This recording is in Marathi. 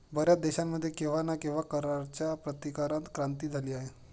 बर्याच देशांमध्ये केव्हा ना केव्हा कराच्या प्रतिकारात क्रांती झाली आहे